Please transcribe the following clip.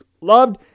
loved